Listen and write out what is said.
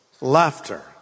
Laughter